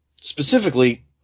specifically